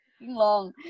long